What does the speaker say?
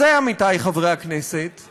הרעיון זה בכלל לא הפחד.